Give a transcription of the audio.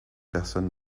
personnes